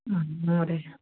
ಹ್ಞೂ ಹ್ಞೂ ರೀ